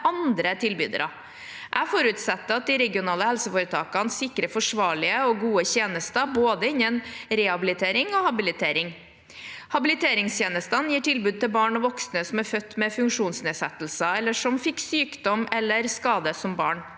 Jeg forutsetter at de regionale helseforetakene sikrer forsvarlige og gode tjenester innen både rehabilitering og habilitering. Habiliteringstjenestene gir tilbud til barn og voksne som er født med funksjonsnedsettelser eller fikk sykdom eller skade som barn.